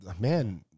man